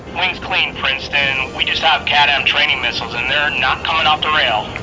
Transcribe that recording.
wings clean princeton. we just have catm um training missiles and they're not coming off the rail.